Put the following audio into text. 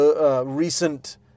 Recent